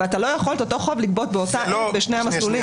אבל אתה לא יכול את אותו חוב לגבות באותה עת בשני המסלולים.